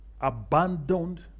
abandoned